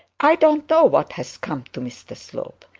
i don't know what has come to mr slope.